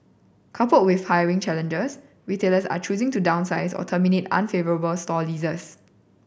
coupled with hiring challenges retailers are choosing to downsize or terminate unfavourable store leases